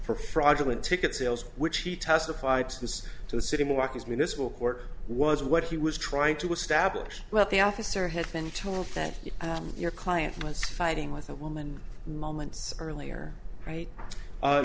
for fraudulent ticket sales which he testified as to the city workers mean this will work was what he was trying to establish but the officer had been told that your client was fighting with a woman moments earlier right